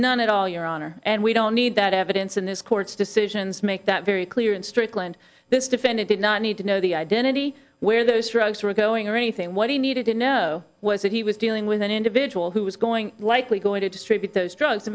none at all your honor and we don't need that evidence in this court's decisions make that very clear and strickland this defendant did not need to know the identity where those drugs were going or anything what he needed to know was that he was dealing with an individual who was going likely going to distribute those drugs